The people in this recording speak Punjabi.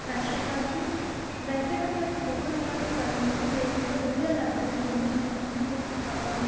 ਸਤਿ ਸ਼੍ਰੀ ਕਾਲ ਜੀ ਵੈਸੇ ਤਾਂ ਮੈਨੂੰ ਬਹੁਤ ਸਾਰੇ ਕਵੀ ਅਤੇ ਲੇਖਕ ਵਧੀਆ ਲੱਗਦੇ ਹਨ ਅਤੇ ਮੈਂ ਉਹਨਾਂ ਦੀਆਂ ਕਿਤਾਬਾਂ